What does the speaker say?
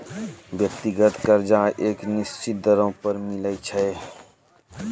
व्यक्तिगत कर्जा एक निसचीत दरों पर मिलै छै